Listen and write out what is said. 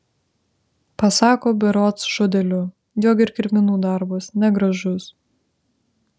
pasako berods žodeliu jog ir kirminų darbas negražus